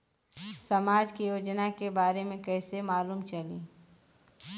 समाज के योजना के बारे में कैसे मालूम चली?